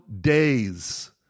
days